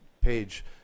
page